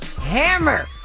hammer